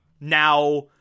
now